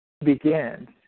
begins